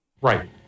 Right